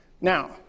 Now